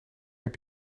heb